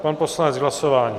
Pan poslanec k hlasování.